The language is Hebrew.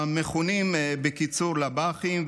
המכונים בקיצור לב"חים,